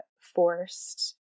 forced